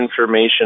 information